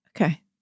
Okay